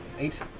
eight?